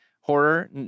horror